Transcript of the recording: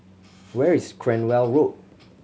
where is Cranwell Road